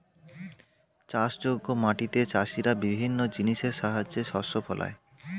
চাষযোগ্য মাটিতে চাষীরা বিভিন্ন জিনিসের সাহায্যে শস্য ফলায়